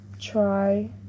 try